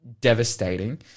devastating